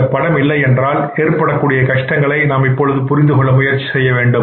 இந்தப் படம் இல்லையென்றால் ஏற்படக்கூடிய கஷ்டங்களை நாம் இப்பொழுது புரிந்து கொள்ள முயற்சி செய்ய வேண்டும்